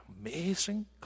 amazing